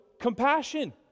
compassion